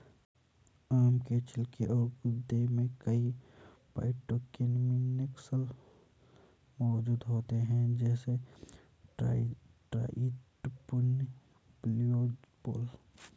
आम के छिलके और गूदे में कई फाइटोकेमिकल्स मौजूद होते हैं, जैसे ट्राइटरपीन, ल्यूपोल